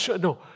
No